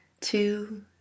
two